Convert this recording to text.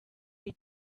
you